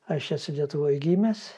aš esu lietuvoj gimęs